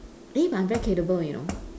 eh but I'm very capable you know